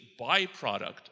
byproduct